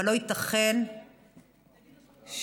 אבל לא ייתכן שרק